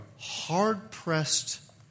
hard-pressed